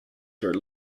their